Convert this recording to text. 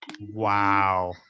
wow